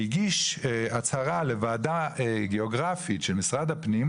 הגיש הצהרה לוועדה גיאוגרפית של משרד הפנים,